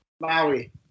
Maui